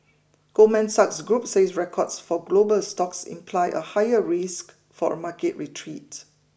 Goldman Sachs Group says records for global stocks imply a higher risk for a market retreat